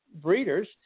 breeders